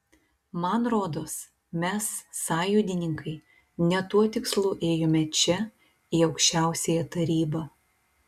man rodos mes sąjūdininkai ne tuo tikslu ėjome čia į aukščiausiąją tarybą